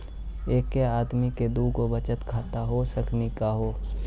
एके आदमी के दू गो बचत खाता हो सकनी का हो?